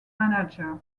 manager